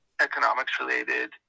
economics-related